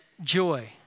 joy